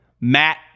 matt